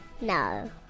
No